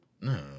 No